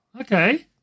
okay